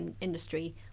industry